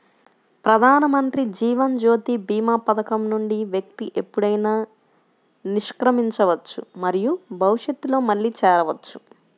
ప్రధానమంత్రి జీవన్ జ్యోతి భీమా పథకం నుండి వ్యక్తి ఎప్పుడైనా నిష్క్రమించవచ్చు మరియు భవిష్యత్తులో మళ్లీ చేరవచ్చు